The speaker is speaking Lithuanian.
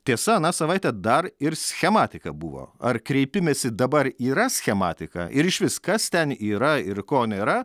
tiesa aną savaitę dar ir schematika buvo ar kreipimesi dabar yra schematika ir išvis kas ten yra ir ko nėra